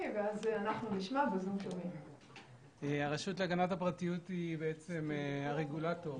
קאבלה, הרשות להגנת הפרטיות היא בעצם הרגולטור